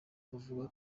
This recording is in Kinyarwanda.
bavuga